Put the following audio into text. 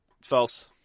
False